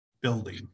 building